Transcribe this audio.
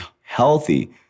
healthy